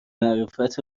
معرفت